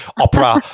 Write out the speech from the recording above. opera